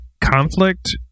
conflict